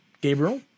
Gabriel